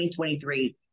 2023